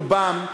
רובם,